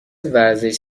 ورزش